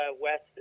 West